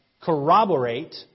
corroborate